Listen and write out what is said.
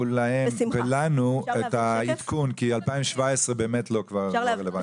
להם ולנו את העדכון כי 2017 באמת כבר לא רלוונטי.